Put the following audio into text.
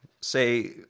say